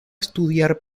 estudiar